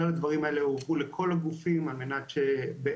כלל הדברים האלה הועברו לכל הגופים על מנת שיהיו